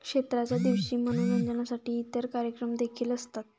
क्षेत्राच्या दिवशी मनोरंजनासाठी इतर कार्यक्रम देखील असतात